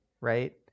right